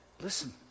listen